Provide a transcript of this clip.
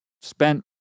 spent